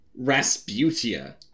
rasputia